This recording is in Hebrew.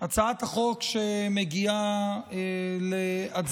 היא הצעת חוק שיש בה הארכה של הוראת שעה,